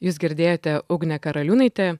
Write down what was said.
jūs girdėjote ugnę karaliūnaitę